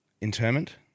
interment